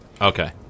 Okay